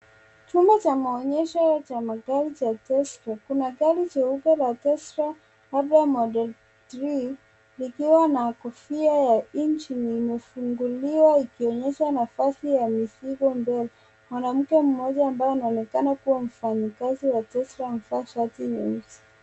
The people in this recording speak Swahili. Chumba cha maonyesho cha magari cha Tesla. Kuna gari jeupe la Tesla labda model three likiwa na kofia ya nchi. Limefunguliwa ikionyesha nafasi ya mizigo mbele. Mwanamke mmoja ambaye anaonekana kuwa mfanyakazi wa Tesla amevaa shati nyeusi.